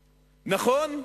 נכון,